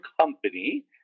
company